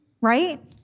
Right